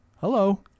Hello